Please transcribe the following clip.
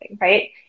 right